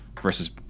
versus